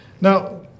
Now